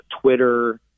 Twitter